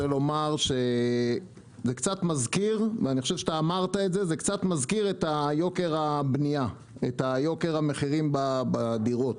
זה קצת מזכיר את יוקר המחירים בדירות.